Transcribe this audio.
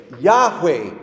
Yahweh